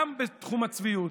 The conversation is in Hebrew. גם בתחום הצביעות,